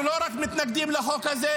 -- לא רק מתנגדים, אנחנו לא רק מתנגדים לחוק הזה,